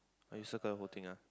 oh you circle the whole thing ah